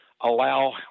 allow